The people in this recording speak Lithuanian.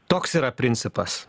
toks yra principas